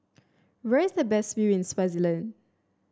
where is the best view in Swaziland